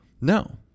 No